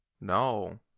No